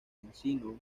encino